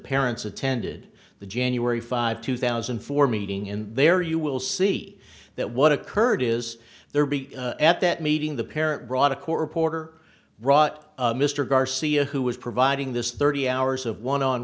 parents attended the january five two thousand and four meeting in there you will see that what occurred is there be at that meeting the parent brought a court reporter brought mr garcia who was providing this thirty hours of one on